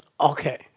Okay